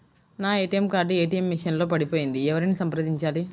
నా ATM card ATM machine లో పడిపోయింది ఎవరిని సంప్రదించాలి?